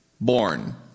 born